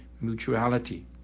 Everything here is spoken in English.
mutuality